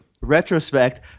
retrospect